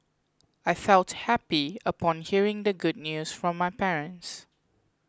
I felt happy upon hearing the good news from my parents